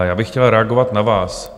Já bych chtěl reagovat na vás.